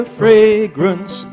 fragrance